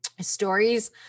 stories